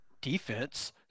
defense